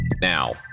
Now